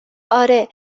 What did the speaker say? آره